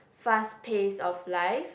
fast pace of life